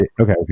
okay